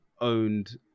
owned